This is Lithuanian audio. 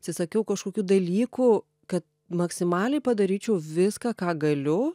atsisakiau kažkokių dalykų kad maksimaliai padaryčiau viską ką galiu